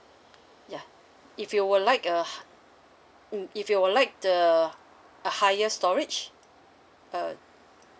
yeah if you would like uh mm if you would like the a higher storage uh